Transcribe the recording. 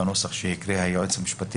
בנוסח שהקריא היועץ המשפטי